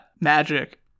magic